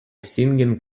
singing